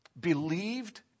believed